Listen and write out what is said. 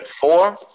four